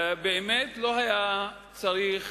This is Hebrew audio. באמת לא היה צריך